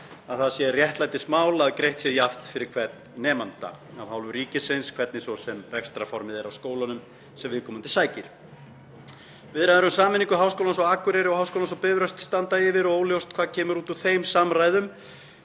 að það sé réttlætismál að greitt sé jafnt fyrir hvern nemanda af hálfu ríkisins, hvernig svo sem rekstrarformið er á skólanum sem viðkomandi sækir. Viðræður um sameiningu Háskólans á Akureyri og Háskólans á Bifröst standa yfir og óljóst hvað kemur út úr þeim samræðum.